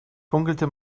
funkelte